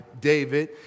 David